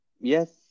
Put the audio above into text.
yes